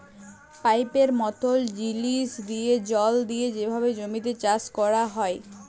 পাইপের মতল জিলিস দিঁয়ে জল দিঁয়ে যেভাবে জমিতে চাষ ক্যরা হ্যয়